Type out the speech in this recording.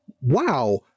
wow